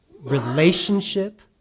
relationship